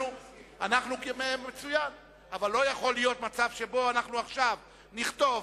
לא יכול להיות מצב שבו עכשיו נכתוב